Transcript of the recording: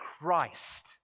Christ